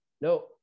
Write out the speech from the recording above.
No